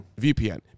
VPN